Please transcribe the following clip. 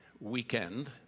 weekend